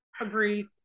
Agreed